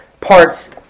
parts